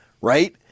Right